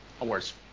awards